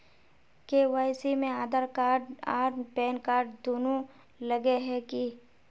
KYC में Aadhaar card आर PAN card दुनू लगे है की?